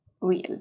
real